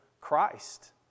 Christ